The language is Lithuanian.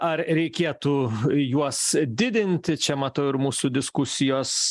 ar reikėtų juos didinti čia matau ir mūsų diskusijos